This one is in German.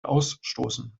ausstoßen